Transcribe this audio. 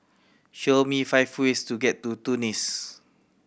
show me five ways to get to Tunis